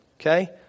Okay